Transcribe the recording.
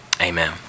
amen